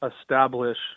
establish